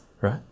right